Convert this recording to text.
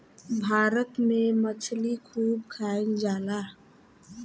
भारत में मछली खूब खाईल जाला